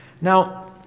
Now